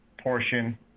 portion